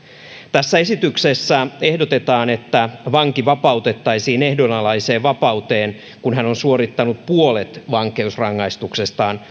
tässä esityksessä ehdotetaan että vanki vapautettaisiin ehdonalaiseen vapauteen kun hän on suorittanut puolet vankeusrangaistuksestaan